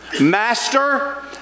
Master